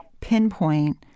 pinpoint